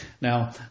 Now